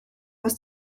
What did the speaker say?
was